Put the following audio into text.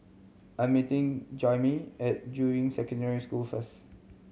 I'm meeting Jaimie at Juying Secondary School first